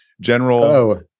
general